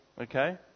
okay